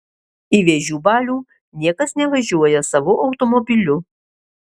į vėžių balių niekas nevažiuoja savu automobiliu